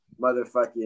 motherfucking